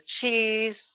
cheese